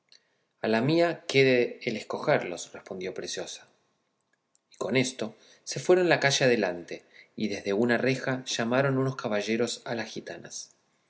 a la mía quede el escogerlos respondió preciosa y con esto se fueron la calle adelante y desde una reja llamaron unos caballeros a las gitanas